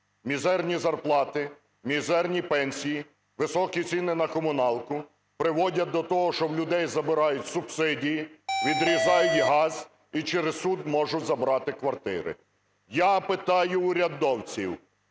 Мізерні зарплати, мізерні пенсії, високі ціни на комуналку приводять до того, що в людей забирають субсидії, відрізають газ і через суд можуть забрати квартири. Я питаю в урядовців: